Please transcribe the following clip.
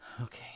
Okay